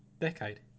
decade